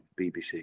BBC